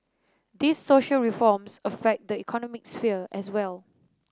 these social reforms affect the economic sphere as well